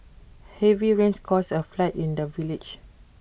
heavy rains caused A flood in the village